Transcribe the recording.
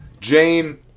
Jane